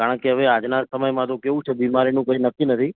કારણકે હવે આજના સમયમાં તો કેવું છે બીમારીનું કોઈ નક્કી નથી